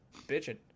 bitching